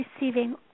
receiving